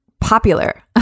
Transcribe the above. popular